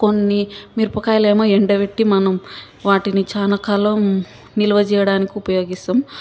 కొన్ని మిరపయాలేమో ఎండపెట్టి మనం వాటిని చాలా కలం నిల్వచేయడానికి ఉపయోగిస్తాం